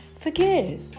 Forgive